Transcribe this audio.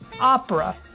opera